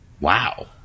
wow